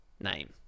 name